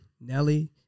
nelly